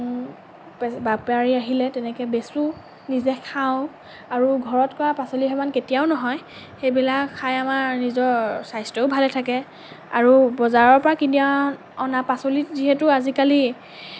বা বেপাৰী আহিলে তেনেকে বেচোঁ নিজে খাওঁ আৰু ঘৰত কৰা পাচলিৰ সমান কেতিয়াও নহয় সেইবিলাক খাই আমাৰ নিজৰ স্বাস্থ্যও ভালে থাকে আৰু বজাৰৰ পৰা কিনি অ অনা পাচলিত যিহেতু আজিকালি